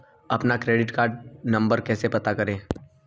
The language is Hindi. अपना क्रेडिट कार्ड नंबर कैसे पता करें?